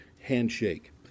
handshake